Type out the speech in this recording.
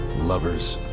lovers.